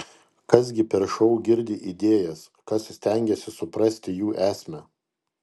kas gi per šou girdi idėjas kas stengiasi suprasti jų esmę